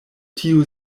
tiu